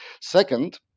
Second